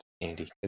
Andy